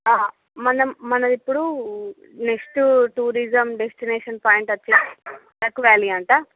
మనం మనమిప్పుడు next tourism destination point వచ్చేసి అరకు వ్యాలీ అంట